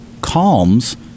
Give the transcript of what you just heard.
calms